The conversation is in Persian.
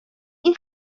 این